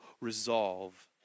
resolve